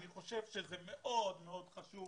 אני חושב שזה מאוד מאוד חשוב